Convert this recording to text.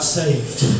saved